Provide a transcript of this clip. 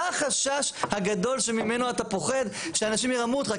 מה החשש הגדול ממנו אתה פוחד שאנשים ירמו אותך?